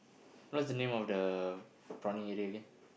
what's the name of the prawning area again